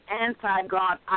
anti-God